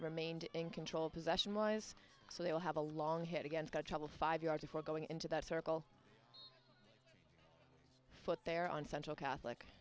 remained in control possession was so they'll have a long hit against the trouble five yard before going into that circle foot there on central catholic